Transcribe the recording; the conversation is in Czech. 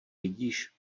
vidíš